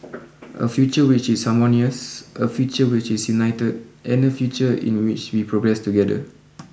a future which is harmonious a future which is united and a future in which we progress together